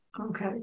Okay